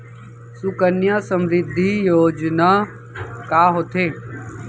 सुकन्या समृद्धि योजना का होथे